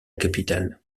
capitale